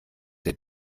der